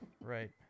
right